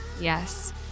Yes